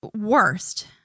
worst